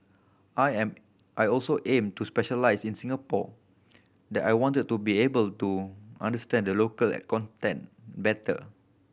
I am I also aim to specialise in Singapore that I wanted to be able to understand the local better